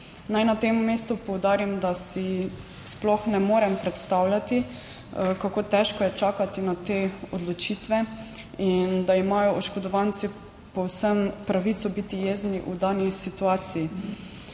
Naj na tem mestu poudarim, da si sploh ne morem predstavljati, kako težko je čakati na te odločitve in da imajo oškodovanci povsem pravico biti jezni v dani situaciji.